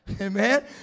Amen